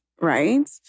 Right